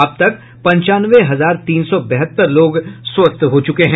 अब तक पंचानवे हजार तीन सौ बहत्तर लोग स्वस्थ हो चुके हैं